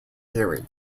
theory